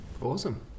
Awesome